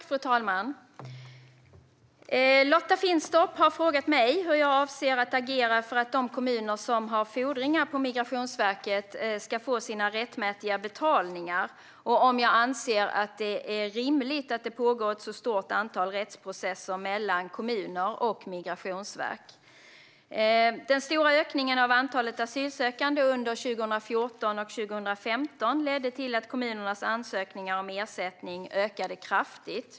Fru talman! Lotta Finstorp har frågat mig hur jag avser att agera för att de kommuner som har fordringar på Migrationsverket ska få sina rättmätiga betalningar och om jag anser att det är rimligt att det pågår ett så stort antal rättsprocesser mellan kommuner och Migrationsverket. Den stora ökningen av antalet asylsökande under 2014 och 2015 ledde till att kommunernas ansökningar om ersättning ökade kraftigt.